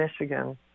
Michigan